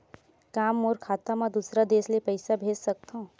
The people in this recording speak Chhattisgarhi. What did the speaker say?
का मोर खाता म दूसरा देश ले पईसा भेज सकथव?